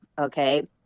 okay